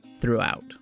throughout